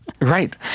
Right